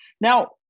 Now